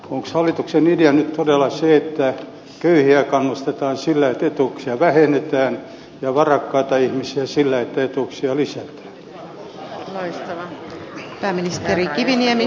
onko hallituksen idea nyt todella se että köyhiä kannustetaan sillä että etuuksia vähennetään ja varakkaita ihmisiä sillä että etuuksia lisätään